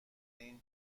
این